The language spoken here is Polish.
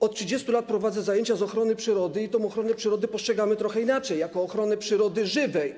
Od 30 lat prowadzę zajęcia z ochrony przyrody i tę ochronę przyrody postrzegam trochę inaczej, jako ochronę przyrody żywej.